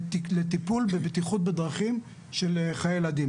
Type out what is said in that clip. לטיפול בבטיחות בדרכים של חיי ילדים.